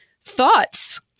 thoughts